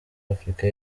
afurika